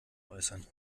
äußern